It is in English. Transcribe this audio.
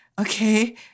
okay